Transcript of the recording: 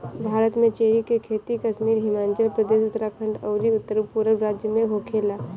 भारत में चेरी के खेती कश्मीर, हिमाचल प्रदेश, उत्तरखंड अउरी उत्तरपूरब राज्य में होखेला